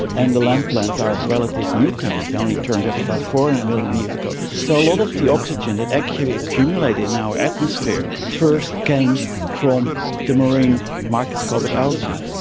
and the land plants are relative newcomers, they only turned up about four hundred and million years ago. so a lot of the oxygen that actually accumulated in our atmosphere first came from the marine microscopic algae.